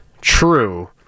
true